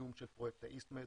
וקידום של פרויקט ה"איסט מד",